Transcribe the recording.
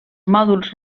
mòduls